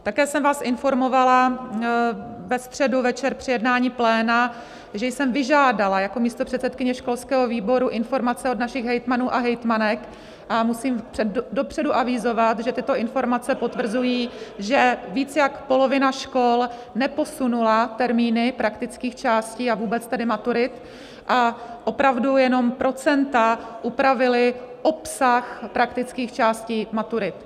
Také jsem vás informovala ve středu večer při jednání pléna, že jsem vyžádala jako místopředsedkyně školského výboru informace od našich hejtmanů a hejtmanek, a musím dopředu avizovat, že tyto informace potvrzují, že víc jak polovina škol neposunula termíny praktických částí, a vůbec tedy maturit, a opravdu jenom procenta upravila obsah praktických částí maturit.